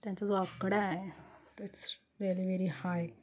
त्यांचा जो आकडा आहे तो इट्स रिअली वेरी हाय